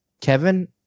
Kevin